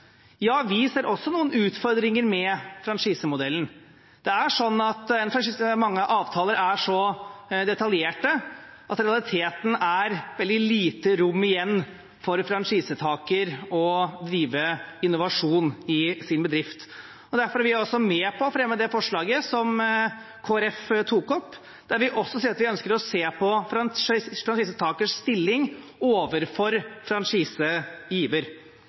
Ja, vi ser også noen utfordringer med franchisemodellen. Mange avtaler er så detaljerte at det i realiteten er veldig lite rom igjen for franchisetaker til å drive innovasjon i sin bedrift. Derfor er vi også med på å fremme det forslaget som Kristelig Folkeparti tok opp, der vi sier at vi ønsker å se på franchisetakers stilling overfor